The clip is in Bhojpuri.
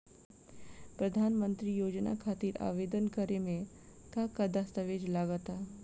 प्रधानमंत्री योजना खातिर आवेदन करे मे का का दस्तावेजऽ लगा ता?